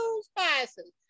spices